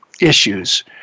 issues